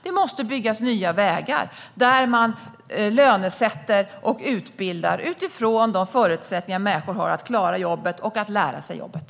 Det måste byggas nya vägar där man lönesätter och utbildar utifrån de förutsättningar människor har att lära sig jobbet och klara jobbet.